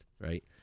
right